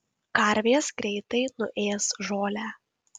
karvės greitai nuės žolę